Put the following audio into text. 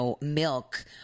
milk